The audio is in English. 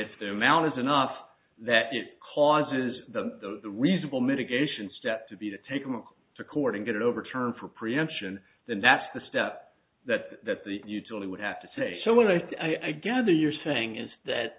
if the amount is enough that it causes the reasonable mitigation step to be to take them to court and get it overturned for preemption then that's the step that that the utility would have to say so when i gather you're saying is that